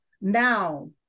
now